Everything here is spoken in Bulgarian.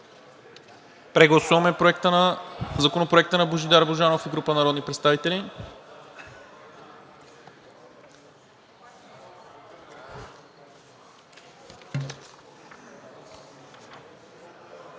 Прегласуваме Законопроекта на Божидар Божанов и група народни представители.